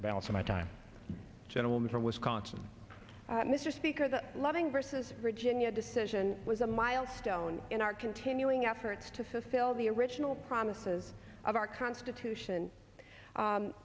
the balance of my time gentleman from wisconsin mr speaker the loving versus virginia decision was a milestone in our continuing efforts to so still the original promises of our constitution